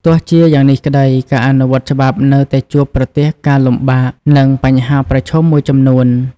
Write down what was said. ទោះជាយ៉ាងនេះក្ដី ការអនុវត្តច្បាប់នៅតែជួបប្រទះការលំបាក និងបញ្ហាប្រឈមមួយចំនួន។